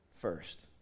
first